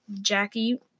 Jackie